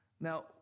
Now